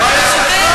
מה יש לך?